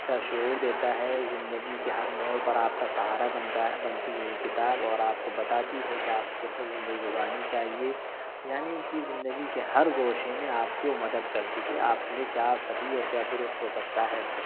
کا شعور دیتا ہے زندگی کے ہر موڑ پر آپ کا سہارا بنتا ہے بنتی ہے یہ کتاب اور آپ کو بتاتی ہے کہ آپ کو کیسے زندگی گزارنی چاہیے یعنی کہ زندگی کہ ہر گوشے میں آپ کو وہ مدد کرتی ہے آپ کے لیے کیا صحیح اور کیا درست ہو سکتا ہے